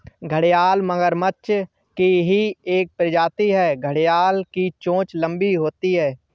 घड़ियाल मगरमच्छ की ही एक प्रजाति है घड़ियाल की चोंच लंबी होती है